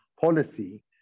policy